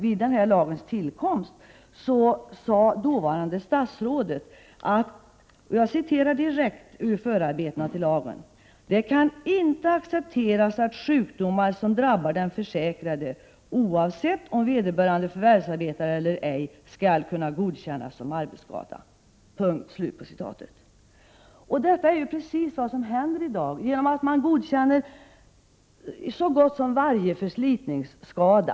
Vid lagens tillkomst uttalade det dåvarande statsrådet i förarbetena: Det kan inte accepteras att sjukdomar som drabbar den försäkrade oavsett om vederbörande förvärvsarbetar eller ej skall kunna godkännas som arbetsskada. Det är faktiskt precis vad som händer i dag, eftersom man godkänner så gott som varje förslitningsskada.